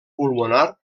pulmonar